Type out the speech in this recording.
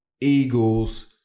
Eagles